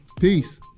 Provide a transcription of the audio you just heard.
Peace